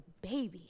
baby